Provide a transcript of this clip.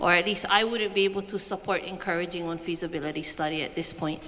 or at least i wouldn't be able to support encouraging one feasibility study at this point